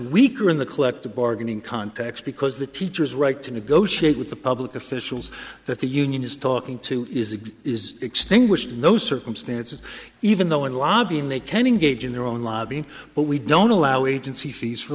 weaker in the collective bargaining context because the teachers right to negotiate with the public officials that the union is talking to is it is extinguished in those circumstances even though in lobbying they can engage in their own lobbying but we don't allow agency fees for